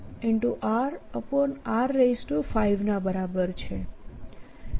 r rr5 ના બરાબર છે